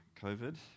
COVID